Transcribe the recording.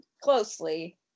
closely